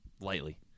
lightly